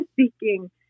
seeking